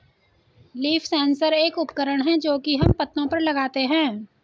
leaf sensor एक उपकरण है जो की हम पत्तो पर लगाते है